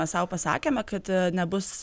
mes sau pasakėme kad nebus